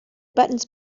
buttons